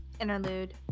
interlude